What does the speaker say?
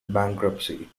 bankruptcy